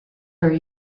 are